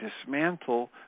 dismantle